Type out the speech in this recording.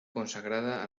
consagrada